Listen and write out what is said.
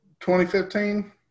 2015